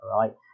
right